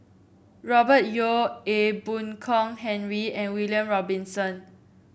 Robert Yeo Ee Boon Kong Henry and William Robinson